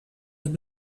het